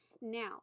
Now